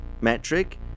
Metric